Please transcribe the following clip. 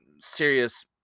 serious